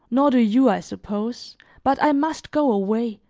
nor do you, i suppose but i must go away,